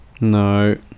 no